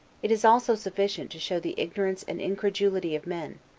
it is also sufficient to show the ignorance and incredulity of men,